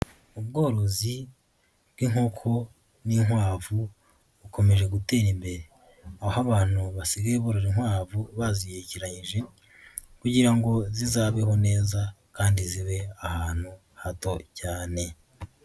Ubworozi bw'inkoko n'inkwavu bukomeje gutera imbere, aho abantu basigaye borora inkwavu bazihekeranyije kugira ngo zizabeho neza kandi zibe ahantu hato cyane.